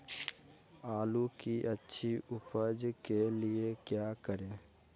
आलू की अच्छी उपज के लिए क्या करें?